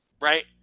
right